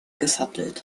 gesattelt